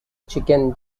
chicken